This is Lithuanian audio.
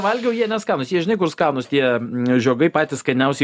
valgiau jie neskanūs jie žinai kur skanūs tie žiogai patys skaniausi